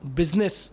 business